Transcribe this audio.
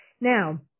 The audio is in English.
Now